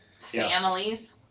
families